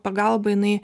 pagalba jinai